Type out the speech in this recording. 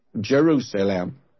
Jerusalem